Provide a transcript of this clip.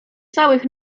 całych